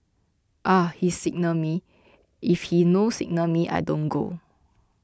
ah he signal me if he no signal me I don't go